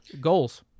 Goals